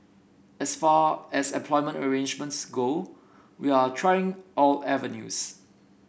as far as employment arrangements go we are trying all avenues